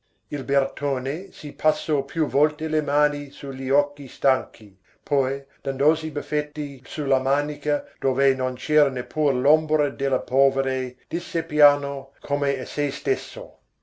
il bertone si passò più volte le mani su gli occhi stanchi poi dandosi buffetti su la manica dove non c'era neppur l'ombra della polvere disse piano come a se stesso